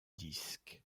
disques